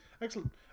Excellent